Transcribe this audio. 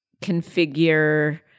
configure